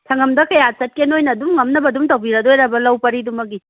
ꯁꯪꯉꯝꯗ ꯀꯌꯥ ꯆꯠꯀꯦ ꯅꯣꯏꯅ ꯑꯗꯨꯝ ꯉꯝꯅꯕ ꯑꯗꯨꯝ ꯇꯧꯕꯤꯔꯗꯣꯏꯔꯕ ꯂꯧ ꯄꯔꯤꯗꯨꯃꯒꯤ